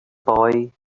boy